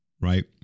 right